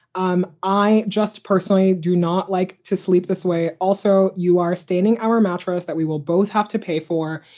um i just personally do not like to sleep this way. also, you are stating our mantras that we will both have to pay for.